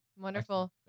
Wonderful